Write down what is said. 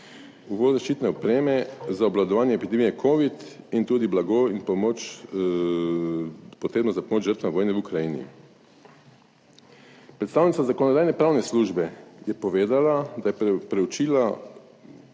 uvoz zaščitne opreme za obvladovanje epidemije Covid in tudi blago in pomoč, potrebno za pomoč žrtvam vojne v Ukrajini. Predstavnica Zakonodajno-pravne službe je povedala, da je preučila